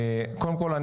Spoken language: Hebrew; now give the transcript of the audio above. קודם כל,